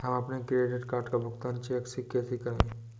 हम अपने credit card का भुगतान चेक से कैसे करें?